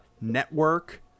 network